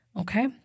okay